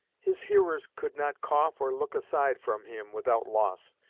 his hearers could not cough or look aside from him without loss.